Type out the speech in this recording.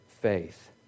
faith